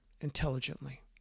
intelligently